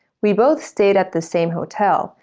we both stayed at the same hotel,